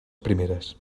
primeres